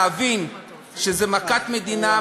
להבין שזו מכת מדינה,